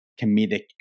comedic